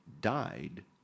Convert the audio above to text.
died